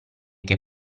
che